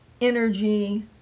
energy